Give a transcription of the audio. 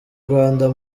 rwanda